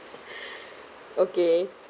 okay